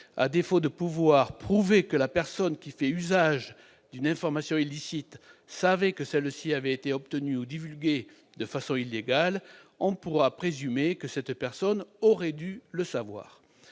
à défaut de pouvoir prouver que la personne qui a fait usage d'une information illicite savait que celle-ci avait été obtenue ou divulguée de façon illégale, on pourra présumer que cette personne aurait dû le savoir.